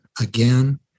again